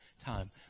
time